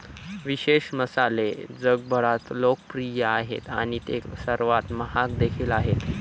विशेष मसाले जगभरात लोकप्रिय आहेत आणि ते सर्वात महाग देखील आहेत